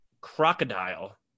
crocodile